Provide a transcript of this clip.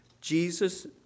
Jesus